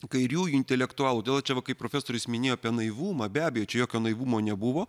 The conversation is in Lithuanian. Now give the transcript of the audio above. kairiųjų intelektualų todėl čia va kaip profesorius minėjo apie naivumą be abejo čia jokio naivumo nebuvo